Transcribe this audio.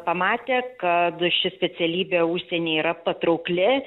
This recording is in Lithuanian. pamatę kad ši specialybė užsieny yra patraukli